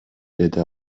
деди